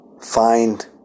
find